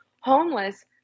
homeless